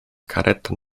kareta